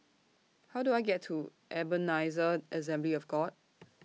How Do I get to Ebenezer Assembly of God